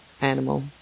animal